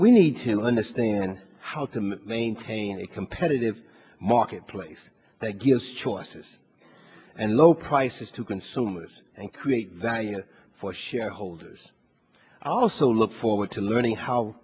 we need to understand how to maintain a competitive marketplace they gives choices and low prices to consumers and create value for shareholders also look forward to learning how